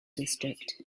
district